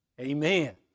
Amen